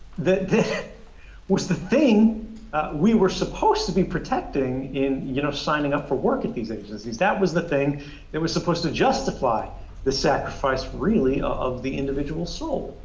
that was the thing we were supposed to be protecting in you know signing up for work at these agencies. that was the thing that was supposed to justify the sacrifice, really, of the individual soul.